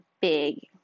big